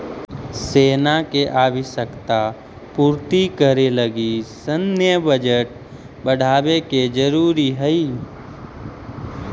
सेना के आवश्यकता पूर्ति करे लगी सैन्य बजट बढ़ावे के जरूरी हई